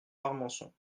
armançon